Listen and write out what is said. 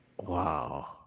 Wow